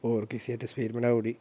होर किसै दी तस्वीर बनाई ओड़ी